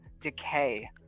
decay